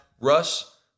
Russ